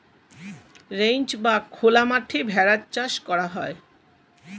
ranch বা খোলা মাঠে ভেড়ার চাষ করা হয়